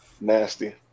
Nasty